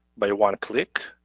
by one click,